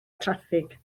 traffig